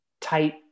tight